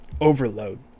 overload